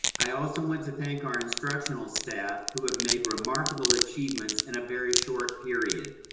i also want to thank our instructional staff, who have made remarkable achievements in a very short period.